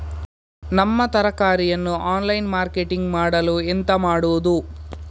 ನಮ್ಮ ತರಕಾರಿಯನ್ನು online marketing ಮಾಡಲು ಎಂತ ಮಾಡುದು?